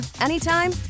anytime